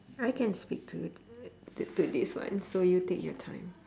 I can speak to t~ to this one so you take your time